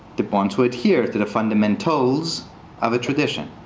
the bond to adhere to the fundamentals of a tradition.